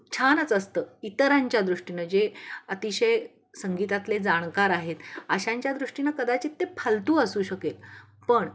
छानच असतं इतरांच्या दृष्टीनं जे अतिशय संगीतातले जाणकार आहेत अशांच्या दृष्टीनं कदाचित ते फालतू असू शकेल पण